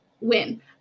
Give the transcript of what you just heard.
Win